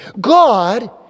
God